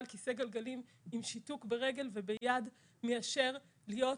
על כיסא גלגלים עם שיתוק ברגל וביד מאשר להיות